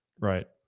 Right